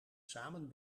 samen